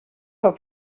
for